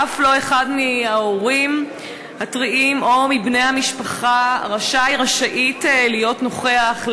אף לא אחד מההורים הטריים או מבני המשפחה רשאי או רשאית להיות נוכח,